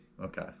okay